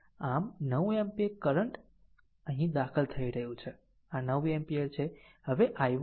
આમ 9 ampere current અહીં દાખલ થઈ રહ્યું છે આ 9 એમ્પીયર છે